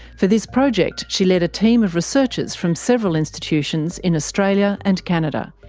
for this project, she led a team of researchers from several institutions in australia and canada.